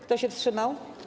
Kto się wstrzymał?